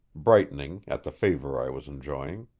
brightening at the favor i was enjoying.